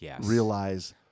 realize—